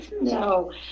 No